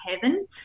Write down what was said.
heaven